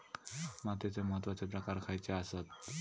मातीचे महत्वाचे प्रकार खयचे आसत?